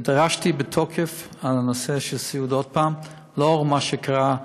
ודרשתי בתוקף עוד פעם, לאור מה שקרה,